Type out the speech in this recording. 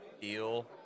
deal